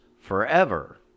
forever